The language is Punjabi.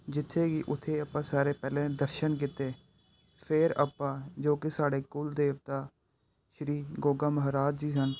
ਜਿੱਥੇ ਕਿ ਉੱਥੇ ਆਪਾਂ ਸਾਰੇ ਪਹਿਲਾਂ ਦਰਸ਼ਨ ਕੀਤੇ ਫਿਰ ਆਪਾਂ ਜੋ ਕਿ ਸਾਡੇ ਕੁਲ ਦੇਵਤਾ ਸ੍ਰੀ ਗੋਗਾ ਮਹਾਰਾਜ ਜੀ ਸਨ